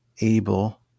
able